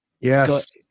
Yes